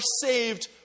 saved